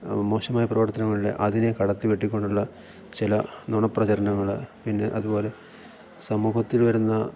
മോശമായ പ്രവർത്തനങ്ങളിൽ അതിനെ കടത്തി വെട്ടിക്കൊണ്ടുള്ള ചില നുണപ്രചരണങ്ങൾ പിന്നെ അതുപോലെ സമൂഹത്തിൽ വരുന്ന